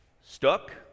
stuck